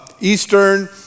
Eastern